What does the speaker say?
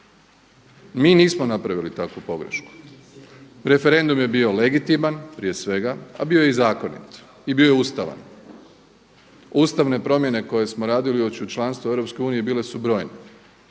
Mi nismo napravili takvu pogrešku. Referendum je bio legitiman prije svega a bio je i zakonit, a bio je ustavan. Ustavne promjene koje smo radili uoči članstva u Europskoj